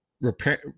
repair